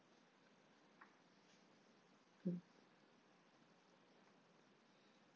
mm